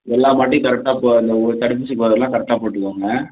எல்லா மாட்டையும் கரெக்டாக போ அந்த ஓ தடுப்பூசி போடுறதுல்லாம் கரெக்டாக போட்டுக்கோங்க